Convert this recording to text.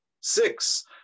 Six